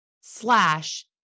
slash